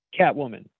catwoman